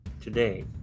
today